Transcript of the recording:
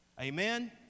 Amen